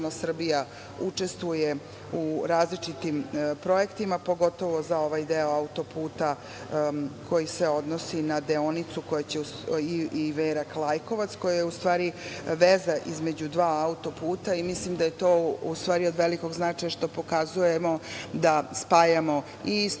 učestvuje u različitim projektima, pogotovo za ovaj deo autoputa koji se odnosi na deonicu Iverak-Lajkovac, koja je u stvari veza između dva autoputa. Mislim da je to od velikog značaja što pokazujemo da spajamo i istok